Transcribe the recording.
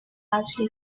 largely